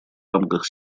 рамках